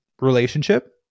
relationship